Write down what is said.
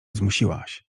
zmusiłaś